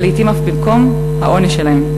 ולעתים אף במקום העונש שלהם,